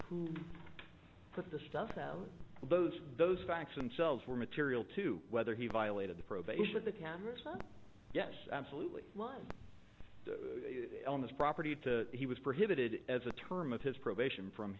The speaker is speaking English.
not put the stuff out those those facts themselves were material to whether he violated the probation of the cameras yes absolutely well on this property to he was prohibited as a term of his probation from